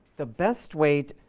the best way,